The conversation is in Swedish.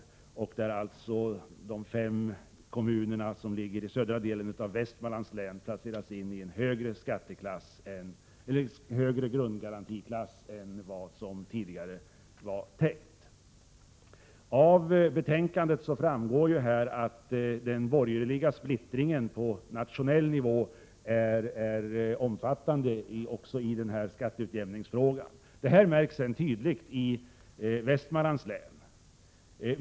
Det innebär att de fem kommuner som ligger i södra delen av Västmanlands län placeras in i en högre grundgarantiklass än man tidigare hade tänkt. Av betänkandet framgår att den borgerliga splittringen på nationell nivå är omfattande också i skatteutjämningsfrågan. Det märks tydligt i Västmanlands län.